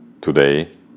today